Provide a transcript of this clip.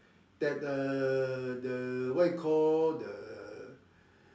that the the what you call the